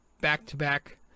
back-to-back